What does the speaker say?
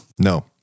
No